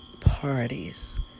parties